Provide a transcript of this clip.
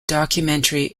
documentary